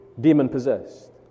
demon-possessed